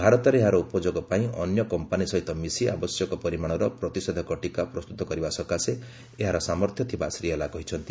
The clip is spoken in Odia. ଭାରତରେ ଏହାର ଉପଯୋଗ ପାଇଁ ଅନ୍ୟ କମ୍ପାନୀ ସହିତ ମିଶି ଆବଶ୍ୟକ ପରିମାଣର ପ୍ରତିଷେଧକ ଟୀକା ପ୍ରସ୍ତୁତ କରିବା ସକାଶେ ଏହାର ସାମର୍ଥ୍ୟ ଥିବା ଶ୍ରୀ ଏଲା କହିଛନ୍ତି